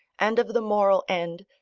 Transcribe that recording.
and of the moral end,